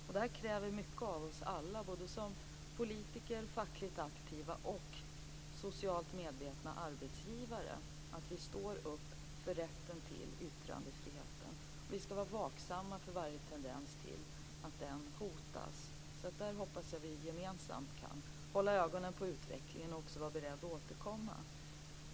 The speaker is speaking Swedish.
Det här kräver mycket av oss alla, både som politiker, som fackligt aktiva och som socialt medvetna arbetsgivare. Vi måste stå upp för rätten till yttrandefriheten, och vi skall vara vaksamma för varje tendens till att den hotas. Där hoppas jag att vi gemensamt kan hålla ögonen på utvecklingen och också vara beredda att återkomma.